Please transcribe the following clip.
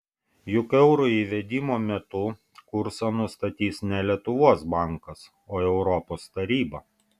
juk euro įvedimo metu kursą nustatys ne lietuvos bankas o europos taryba